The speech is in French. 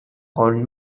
rôle